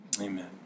amen